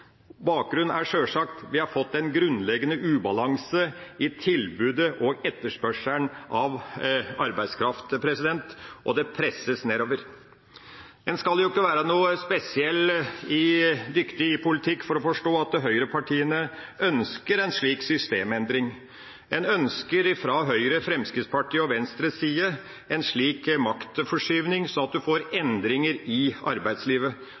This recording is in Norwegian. Bakgrunnen er sjølsagt at vi har fått en grunnleggende ubalanse i tilbud og etterspørsel etter arbeidskraft, og det presses nedover. En skal ikke være spesielt dyktig i politikk for å forstå at høyrepartiene ønsker en slik systemendring. En ønsker fra Høyres, Fremskrittspartiets og Venstres side en slik maktforskyvning, sånn at en får endringer i arbeidslivet.